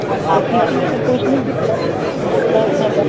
آپ نے پر